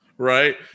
Right